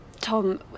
Tom